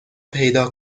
پیدا